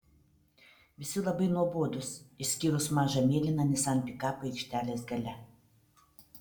visi labai nuobodūs išskyrus mažą mėlyną nissan pikapą aikštelės gale